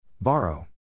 Borrow